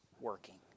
working